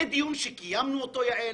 זה דיון שקיימנו אותו, יעל.